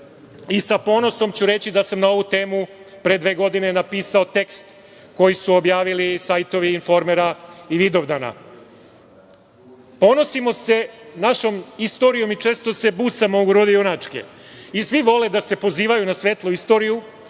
ponosom ću reći da sam na ovu temu pre dve godine napisao tekst koji su objavili sajtovi „Informera“ i „Vidovdana“. Ponosimo se našom istorijom i često se busamo u grudi junačke i svi vole da se pozivaju na svetlu istoriju,